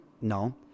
No